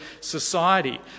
society